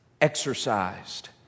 exercised